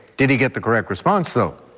did he get the correct response, though?